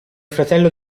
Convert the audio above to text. fratello